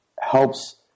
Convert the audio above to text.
helps